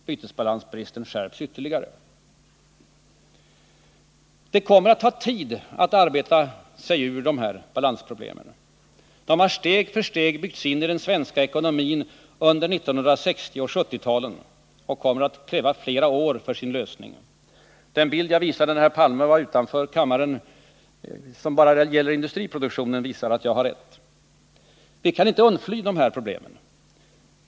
Bytesbalansbristen skärps ytterligare. Det kommer att ta tid att arbeta oss ur dessa balansproblem. De har steg för steg byggts in i den svenska ekonomin under 1960 och 1970-talen och kommer att kräva flera år för sin lösning. Den OECD-bild som bara gällde industriproduktionen som jag visade när herr Palme tydligen befann sig utanför kammaren bekräftar detta. Men vi kan inte undfly dessa problem.